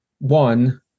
One